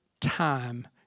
time